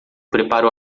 prepara